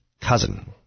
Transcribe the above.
cousin